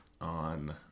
on